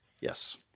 yes